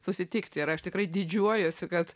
susitikti ir aš tikrai didžiuojuosi kad